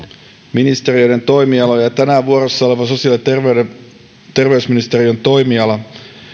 ministeriöiden toimialoja ja tänään vuorossa oleva sosiaali ja terveysministeriön toimiala